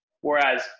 Whereas